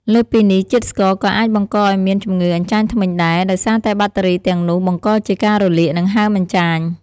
លើសពីនេះ ជាតិស្ករក៏អាចបង្កឱ្យមានជំងឺអញ្ចាញធ្មេញដែរ ដោយសារតែបាក់តេរីទាំងនោះបង្កជាការរលាក និងហើមអញ្ចាញ។